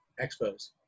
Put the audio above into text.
Expos